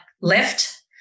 left